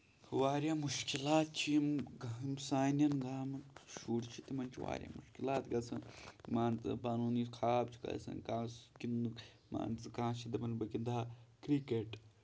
واریاہ مَشکِلات چھِ یِم گا یِم سانین گامن ہند شُرۍ چھِ تِمن چھِ واریاہ مپشکِلات گژھان مان ژٕ پَنُن یہِ خاب چھُکھ آسان کانٛہہ گِندنُک مان ژٕ کانھہ چھُ دپان بہٕ گندٕ ہا کِرکَٹ